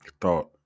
thought